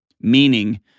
Meaning